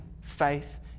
faith